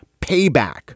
Payback